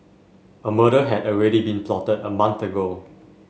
a murder had already been plotted a month ago